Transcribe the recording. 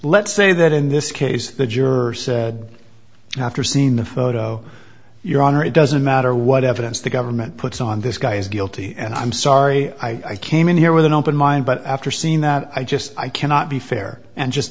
let's say that in this case the juror said after seeing the photo your honor it doesn't matter what evidence the government puts on this guy is guilty and i'm sorry i came in here with an open mind but after seeing that i just i cannot be fair and just